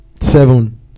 seven